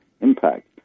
impact